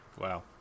wow